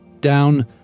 down